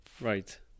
Right